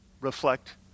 reflect